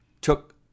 took